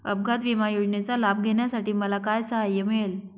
अपघात विमा योजनेचा लाभ घेण्यासाठी मला काय सहाय्य मिळेल?